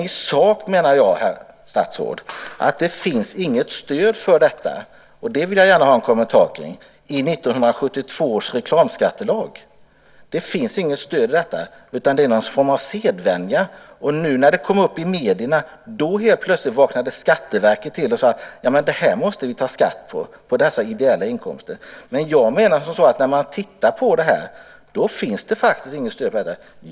I sak menar jag, herr statsråd, att det inte finns något stöd för detta - till det vill jag gärna ha en kommentar - i 1972 års reklamskattelag, utan det handlar om en form av sedvänja. Men när nu detta kom upp i medierna vaknade plötsligt Skatteverket till och sade: På dessa ideella inkomster måste vi ta ut skatt. Jag menar att man när man tittar närmare på detta faktiskt inte finner något stöd för det.